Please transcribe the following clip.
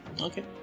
Okay